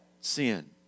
sin